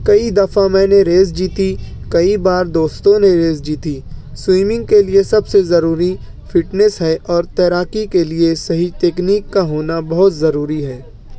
کئی دفعہ میں نے ریس جیتی کئی بار دوستوں نے ریس جیتی سوئمنگ کے لیے سب سے ضروری فٹنیس ہے اور تیراکی کے لیے صحیح تکنیک کا ہونا بہت ضروری ہے